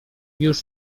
już